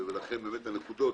ולכן עולות הנקודות.